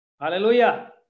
Hallelujah